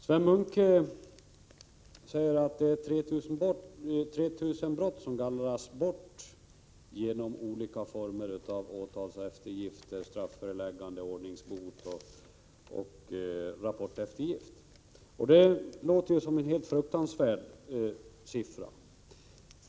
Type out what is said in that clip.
Sven Munke säger att 3 000 brott gallras bort genom olika former av åtalseftergifter, strafföreläggande, ordningsbot och rapporteftergifter. Det låter ju som en fruktansvärd siffra.